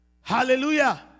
Hallelujah